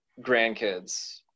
grandkids